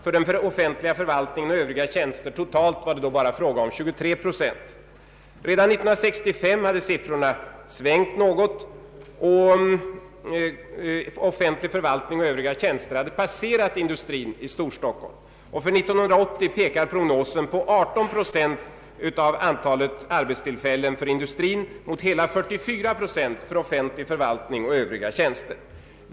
För den offentliga förvaltningen och övriga tjänster totalt var det då endast fråga om 23 procent. Redan 1965 hade siffrorna svängt något, och offentlig förvaltning och övriga tjänster hade passerat industrin i Storstockholm. För 1980 pekar prognosen på 18 procent av antalet arbetstillfällen för industrin mot 44 procent för offentlig förvaltning och övriga tjänster.